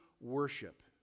worship